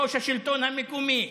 ראש השלטון המקומי,